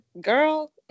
girl